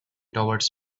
towards